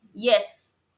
Yes